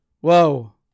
Whoa